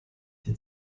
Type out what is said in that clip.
die